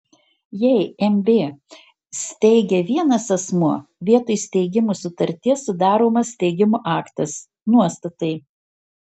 jei mb steigia vienas asmuo vietoj steigimo sutarties sudaromas steigimo aktas nuostatai